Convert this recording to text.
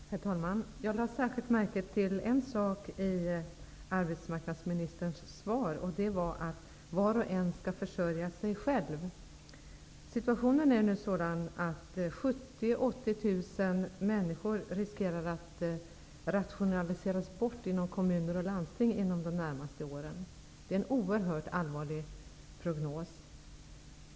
Herr talman! Jag lade särskilt märke till en sak i arbetsmarknadsministerns svar. Det var att var och en skall försörja sig själv. Situationen är nu sådan att 70 000--80 000 människor inom kommun och landsting riskerar att rationaliseras bort inom de närmaste åren. Det är en oerhört allvarlig prognos.